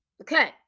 Okay